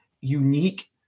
unique